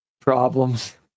problems